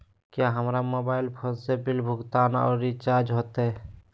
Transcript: क्या हमारा mobile phone से बिल भुगतान और रिचार्ज होते?